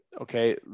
Okay